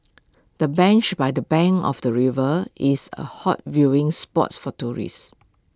the bench by the bank of the river is A hot viewing spot for tourists